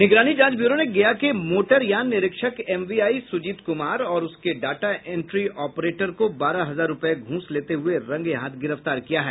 निगरानी जांच ब्यूरो ने गया के मोटरयान निरीक्षक एमवीआई सुजीत कुमार और उसके डाटा इंट्री ऑपरेटर को बारह हजार रूपये घूस लेते हुए रंगे हाथ गिरफ्तार किया है